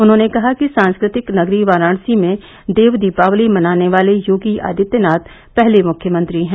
उन्होंने कहा कि सांस्कृतिक नगरी वाराणसी में देव दीपावली मनाने वाले योगी आदित्यनाथ पहले मुख्यमंत्री हैं